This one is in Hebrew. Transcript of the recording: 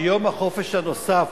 שיום החופש הנוסף,